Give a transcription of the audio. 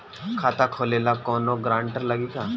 खाता खोले ला कौनो ग्रांटर लागी का?